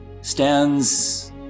stands